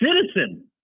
citizen